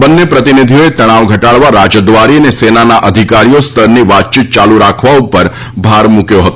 બંને પ્રતિનિધિઓએ તણાવ ઘટાડવા રાજદ્વારી અને સેનાના અધિકારીઓ સ્તરની વાતચીત ચાલુ રાખવા ઉપર ભાર મૂક્યો હતો